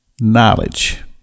knowledge